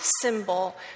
symbol